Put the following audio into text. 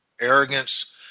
arrogance